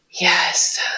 Yes